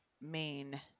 main